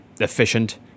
efficient